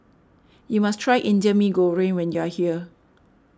you must try Indian Mee Goreng when you are here